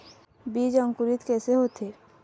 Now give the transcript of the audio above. बीज अंकुरित कैसे होथे?